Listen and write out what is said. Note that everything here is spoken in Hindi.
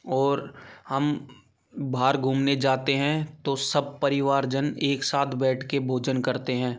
और हम बाहर घूमने जाते हैं तो सब परिवारजन एक साथ बैठकर भोजन करते हैं